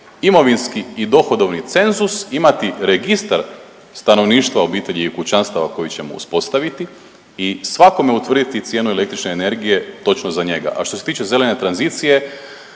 imovinski i dohodovni cenzus, imati registar stanovništva, obitelji i kućanstava koje ćemo uspostaviti i svakome utvrditi cijenu električne energije točno za njega. A što se tiče zelene tranzicije